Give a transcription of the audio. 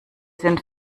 sind